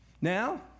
Now